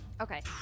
Okay